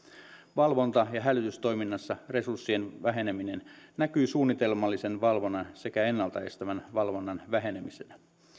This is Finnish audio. valvonta ja hälytystoiminnassa resurssien väheneminen näkyy suunnitelmallisen valvonnan sekä ennalta estävän valvonnan vähenemisenä